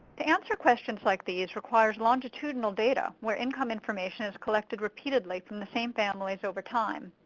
to answer questions like these requires longitudinal data where income information is collected repeatedly from the same families over time.